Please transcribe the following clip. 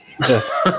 yes